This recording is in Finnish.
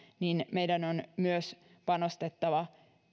meidän on panostettava